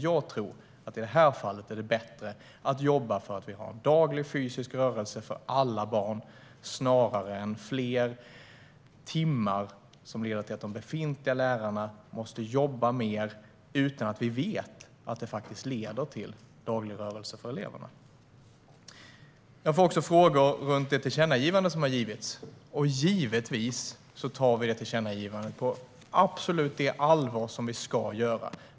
Jag tror att det i det här fallet är bättre att jobba för att få en daglig fysisk rörelse för alla barn snarare än fler timmar som leder till att de befintliga lärarna måste jobba mer utan att vi vet att det leder till daglig rörelse för eleverna. Jag fick frågor om det tillkännagivande som har givits. Givetvis tar vi tillkännagivandet på det allvar som vi ska.